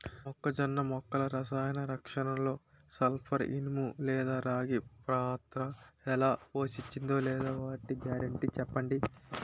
మొక్కజొన్న మొక్కల రసాయన రక్షణలో సల్పర్, ఇనుము లేదా రాగి పాత్ర ఎలా పోషిస్తుందో లేదా వాటి గ్యారంటీ చెప్పండి